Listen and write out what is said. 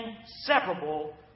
inseparable